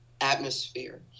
atmosphere